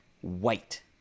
White